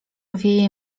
wieje